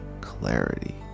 clarity